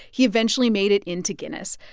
he eventually made it into guinness.